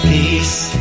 Peace